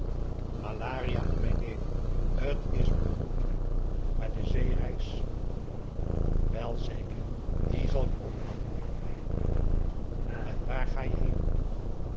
malaria en mijn lever t is beroerd met me maar de zeereis wel zeker die zal je opknappen en waar ga je heen